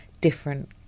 different